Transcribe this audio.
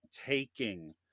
taking